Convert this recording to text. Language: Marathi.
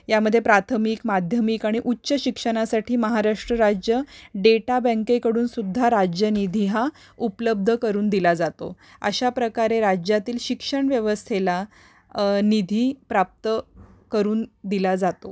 यामध्ये प्राथमिक माध्यमिक आणि उच्च शिक्षनासाठी महाराष्ट्र राज्य डेटा बँकेकडूनसुद्धा राज्य निधी हा उपलब्ध करून दिला जातो अशा प्रकारे राज्यातील शिक्षण व्यवस्थेला निधी प्राप्त करून दिला जातो